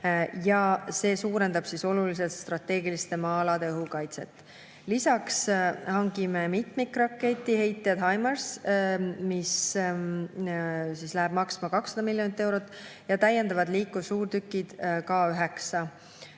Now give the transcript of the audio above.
See suurendab oluliselt strateegiliste maa-alade õhukaitset. Lisaks hangime mitmikraketiheitjad HIMARS, mis lähevad maksma 200 miljonit eurot, ja täiendavad liikursuurtükid K9.